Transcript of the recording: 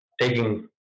taking